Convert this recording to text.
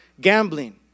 gambling